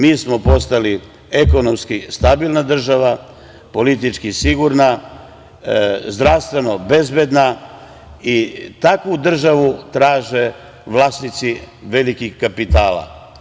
Mi smo postali ekonomski stabilna država, politički sigurna, zdravstveno bezbedna i takvu državu traže vlasnici velikih kapitala.